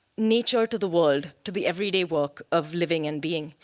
nature to the world, to the everyday work of living and being.